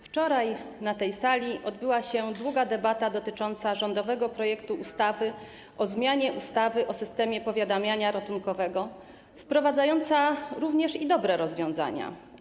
Wczoraj na tej sali odbyła się długa debata dotycząca rządowego projektu ustawy o zmianie ustawy o systemie powiadamiania ratunkowego, projektu wprowadzającego również dobre rozwiązania.